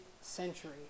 century